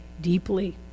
deeply